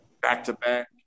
back-to-back